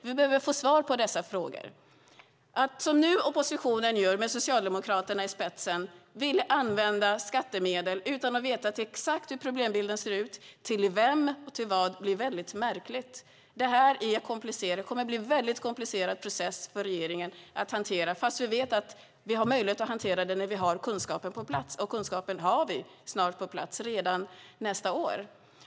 Vi behöver få svar på dessa frågor. Oppositionen med Socialdemokraterna i spetsen vill använda skattemedel utan att veta exakt hur problemen ser ut och till vem och till vad resurserna går, vilket blir väldigt märkligt. Det här är komplicerat. Det kommer att bli en väldigt komplicerad process för regeringen att hantera, fast vi vet att vi har möjlighet att hantera den när vi har kunskapen på plats. Och vi har snart kunskapen på plats, redan nästa år.